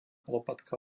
lopatka